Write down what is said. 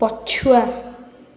ପଛୁଆ